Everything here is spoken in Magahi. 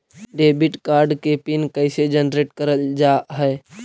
डेबिट कार्ड के पिन कैसे जनरेट करल जाहै?